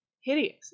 hideous